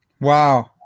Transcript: Wow